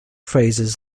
phrases